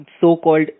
so-called